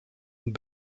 und